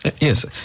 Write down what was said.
Yes